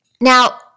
Now